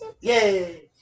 Yay